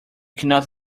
cannot